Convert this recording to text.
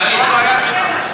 זו הבעיה שלנו.